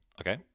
Okay